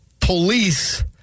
police